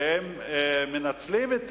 שמנצלים את